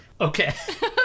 Okay